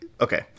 Okay